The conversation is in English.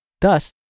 Thus